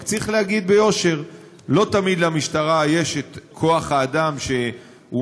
רק צריך להגיד ביושר: לא תמיד למשטרה יש כוח אדם מספיק